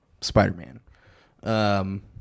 Spider-Man